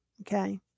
okay